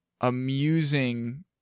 amusing